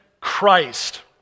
Christ